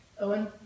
Owen